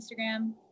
Instagram